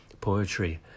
poetry